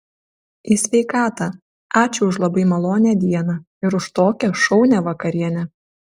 į sveikatą ačiū už labai malonią dieną ir už tokią šaunią vakarienę